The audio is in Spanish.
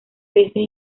veces